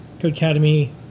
Codecademy